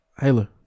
Halo